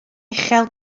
uchel